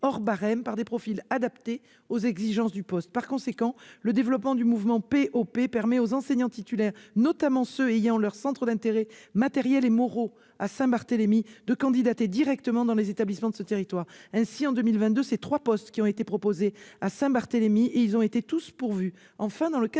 hors barème, par des profils adaptés aux exigences du poste. Par conséquent, le développement du mouvement PoP permet aux enseignants titulaires, notamment à ceux dont le centre des intérêts matériels et moraux est à Saint-Barthélemy, de candidater directement dans les établissements de ce territoire. C'est ainsi qu'en 2022 trois postes ont été proposés à Saint-Barthélemy ; ils ont tous été pourvus.